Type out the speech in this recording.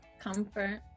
Comfort